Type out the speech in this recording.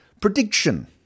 prediction